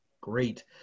Great